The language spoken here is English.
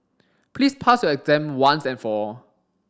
please pass your exam once and for all